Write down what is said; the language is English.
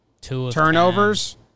turnovers